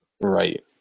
Right